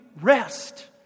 rest